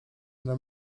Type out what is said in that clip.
dla